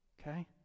Okay